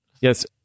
Yes